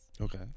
Okay